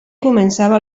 començava